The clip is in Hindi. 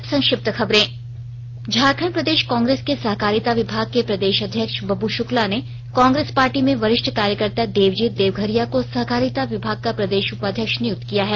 अब संक्षिप्त खबरें झारखंड प्रदेश कांग्रेस के सहकारिता विभाग के प्रदेश अध्यक्ष बब्बू शुक्ला ने कांग्रेस पार्टी में वरिष्ठ कार्यकर्ता देवजीत देवघरिया को सहकारिता विभाग का प्रदेश उपाध्यक्ष नियुक्त किया है